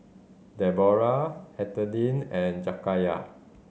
Deborah Ethelyn and Jakayla